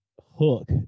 hook